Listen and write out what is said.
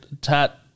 Tat